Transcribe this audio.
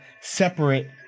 separate